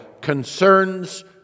concerns